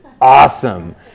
awesome